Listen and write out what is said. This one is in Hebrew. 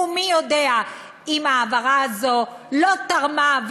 ומי יודע אם ההעברה הזו לא תרמה,